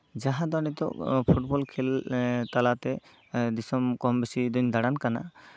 ᱡᱟᱦᱟᱸ ᱫᱚ ᱱᱤᱛᱚᱜ ᱯᱷᱩᱴᱵᱚᱞ ᱠᱷᱮᱞ ᱛᱟᱞᱟᱛᱮ ᱫᱤᱥᱚᱢ ᱠᱚᱢ ᱵᱮᱥᱤ ᱫᱚᱧ ᱫᱟᱬᱟᱱ ᱠᱟᱱᱟ